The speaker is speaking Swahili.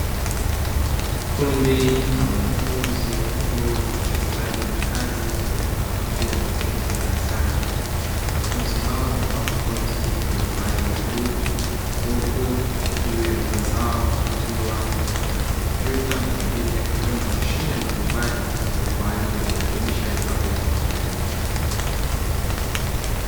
Kundi la wanafunzi wa chuo cha stadi na kazi, wakiwa wameketi darasani. Wanafunzi hao wamevaa makoti yenye rangi ya bluu huku juu ya meza zao kukiwa na kompyuta na wengine wakiwa na mashine mbalimbali kwa ajili ya kurekebisha vifaa vya kielektroniki.